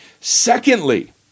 Secondly